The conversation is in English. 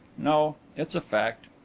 no it's a fact.